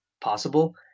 possible